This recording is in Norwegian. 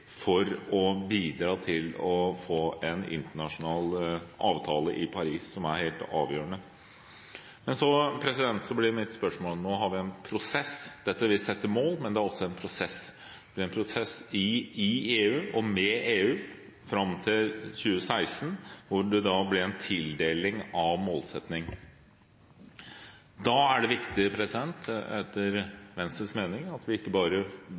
for å bidra til å få en internasjonal avtale i Paris, som er helt avgjørende. Men så blir mitt spørsmål: Nå har vi en prosess. Vi setter mål, men det er også en prosess – en prosess i EU og med EU fram til 2016, da det blir en tildeling av målsetting. Da er det viktig, etter Venstres mening, at vi ikke bare